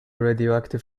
radioactive